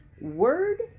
Word